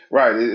right